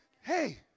hey